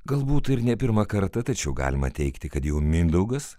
galbūt ir ne pirmą kartą tačiau galima teigti kad jau mindaugas